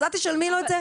את תשלמי לו עבור זה?